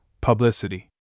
Publicity